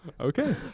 Okay